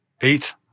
eight